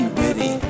ready